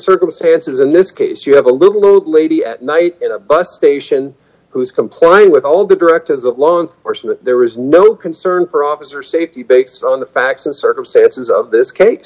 circumstances in this case you have a little old lady at night in a bus station who is complying with all the directives of law enforcement there is no concern for officer safety based on the facts and circumstances of this case